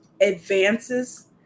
advances